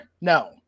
No